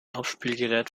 abspielgerät